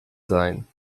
sein